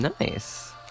Nice